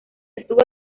estuvo